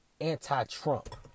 anti-Trump